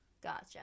Gotcha